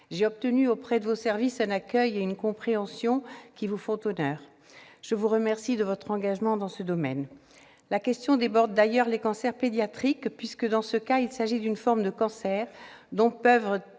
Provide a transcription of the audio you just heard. J'ai obtenu auprès de vos services un accueil et une compréhension qui vous font honneur. Je vous remercie de votre engagement dans ce domaine. La question déborde d'ailleurs les cancers pédiatriques, puisque, dans ce cas, il s'agit d'une forme de cancer dont peuvent